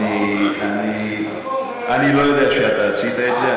אני לא יודע שאתה עשית את זה,